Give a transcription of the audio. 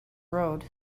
road